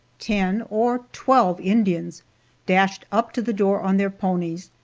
ten or twelve indians dashed up to the door on their ponies,